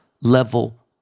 level